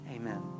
Amen